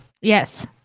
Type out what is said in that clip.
yes